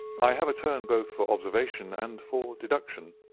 i have a turn both for observation and for deduction.